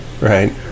Right